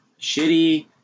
shitty